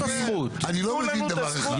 אני לא מבין דבר אחד.